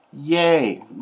Yay